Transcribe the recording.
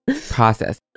process